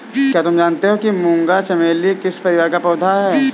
क्या तुम जानते हो कि मूंगा चमेली किस परिवार का पौधा है?